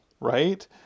Right